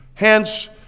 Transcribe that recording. Hence